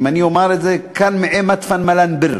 אני אומר את זה: "כאן מענה מדפן מלאן ביר"